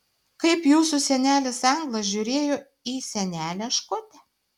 kaip jūsų senelis anglas žiūrėjo į senelę škotę